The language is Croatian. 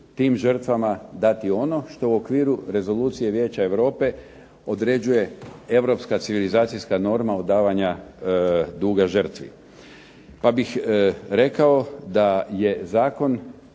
tim žrtvama dati ono što u okviru Rezolucije vijeća Europe određuje europska civilizacijska norma od davanja duga žrtvi. Pa bih rekao da je zakon